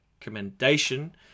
recommendation